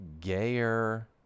gayer